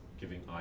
giving